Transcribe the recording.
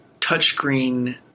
touchscreen